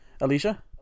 Alicia